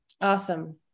Awesome